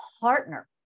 partner